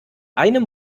einem